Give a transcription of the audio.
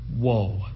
Whoa